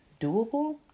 doable